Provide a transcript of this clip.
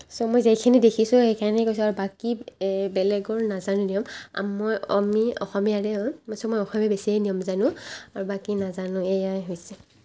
ছ' মই যেইখিনি দেখিছোঁ সেইখিনি কৈছোঁ আৰু বাকী বেলেগৰ নাজানো নিয়ম মই আমি অসমীয়াৰে হয় ছ' মই অসমীয়া বেছিয়ে নিয়ম জানো আৰু বাকী নাজানো এয়াই হৈছে